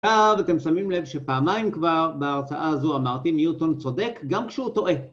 עכשיו, אתם שמים לב שפעמיים כבר בהרצאה הזו אמרתי ניוטון צודק גם כשהוא טועה